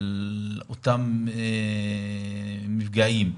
על אותם מפגעים,